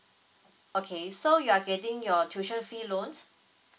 okay so you are getting your tuition fee loans